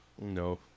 No